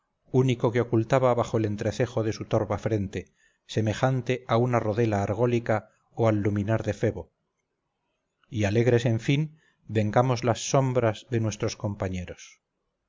único que ocultaba bajo el entrecejo de su torva frente semejante a una rodela argólica o al luminar de febo y alegres en fin vengamos las sombras de nuestros compañeros